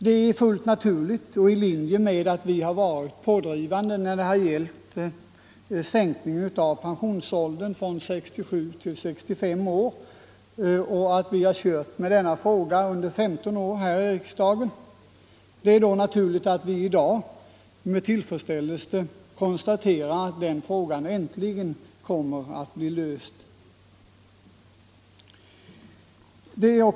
Det är fullt naturligt och i linje med att vi har varit pådrivande i fråga om en sänkning av pensionsåldern från 67 till 65 år — vi har kört med denna fråga i 15 år här i riksdagen — att vi i dag med tillfredsställelse konstaterar att den äntligen kommer att bli löst.